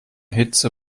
hitze